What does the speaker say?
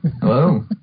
Hello